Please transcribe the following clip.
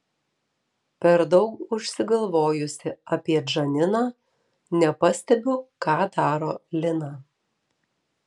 per daug užsigalvojusi apie džaniną nepastebiu ką daro lina